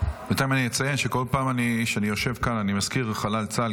בינתיים אני אציין שכל פעם כשאני יושב כאן אני מזכיר חלל צה"ל,